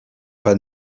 pas